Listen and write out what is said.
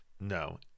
No